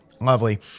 Lovely